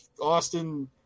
Austin